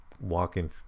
walking